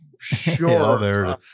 sure